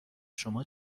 شما